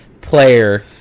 player